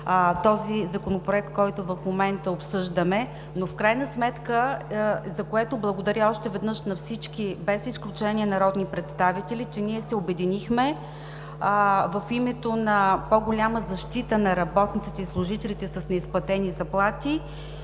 и в Законопроекта, който в момента обсъждаме, но в крайна сметка, за което благодаря още веднъж на всички народни представители без изключение, че ние се обединихме в името на по-голяма защита на работниците и служителите с неизплатени заплати.